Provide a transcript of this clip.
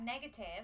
negative